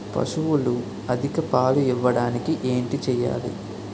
పశువులు అధిక పాలు ఇవ్వడానికి ఏంటి చేయాలి